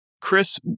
Chris